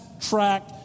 track